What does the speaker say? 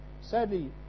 Sadly